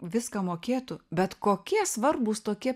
viską mokėtų bet kokie svarbūs tokie